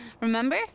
Remember